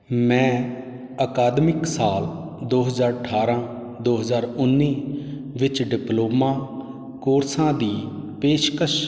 ਮੈਂ ਅਕਾਦਮਿਕ ਸਾਲ ਦੋੋ ਹਜ਼ਾਰ ਅਠਾਰਾਂ ਦੋ ਹਜ਼ਾਰ ਉੱਨੀ ਵਿੱਚ ਡਿਪਲੋਮਾ ਕੋਰਸਾਂ ਦੀ ਪੇਸ਼ਕਸ਼